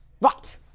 right